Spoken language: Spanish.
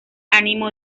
ánimo